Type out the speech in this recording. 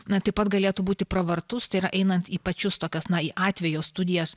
na taip pat galėtų būti pravartus tai yra einant į pačius tokias na į atvejo studijas